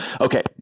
okay